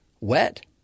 wet